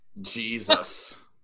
Jesus